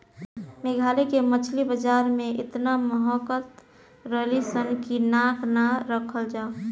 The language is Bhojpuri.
मेघालय के मछली बाजार में एतना महकत रलीसन की नाक ना राखल जाओ